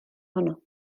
ohono